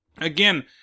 again